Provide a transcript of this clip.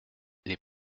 les